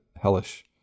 hellish